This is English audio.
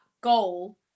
goal